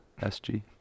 SG